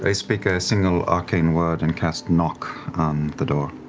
i speak a single arcane word and cast knock on the door.